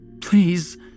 please